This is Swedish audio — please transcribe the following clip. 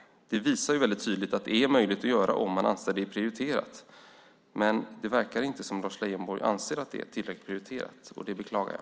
Det visar tydligt att det är möjligt att göra om man anser att det är prioriterat. Det verkar inte som om Lars Leijonborg anser att det är tillräckligt prioriterat. Det beklagar jag.